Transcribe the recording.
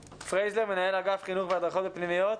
פריזלר, מנהל אגף חינוך והדרכה בפנימיות,